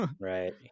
right